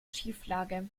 schieflage